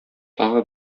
тагы